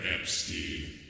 Epstein